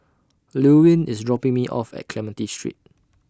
Llewellyn IS dropping Me off At Clementi Street